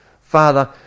Father